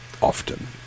often